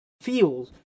feels